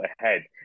ahead